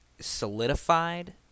solidified